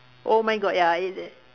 oh my god ya I hate that